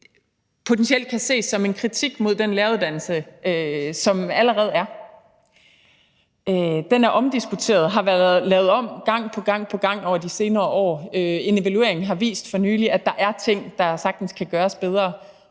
potentielt kan ses som en kritik af den læreruddannelse, som der allerede er. Den er omdiskuteret og har været lavet om gang på gang over de senere år. En evaluering har for nylig vist, at der er ting, der sagtens kan gøres bedre.